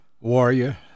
warrior